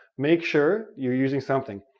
make sure you're using something.